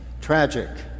Tragic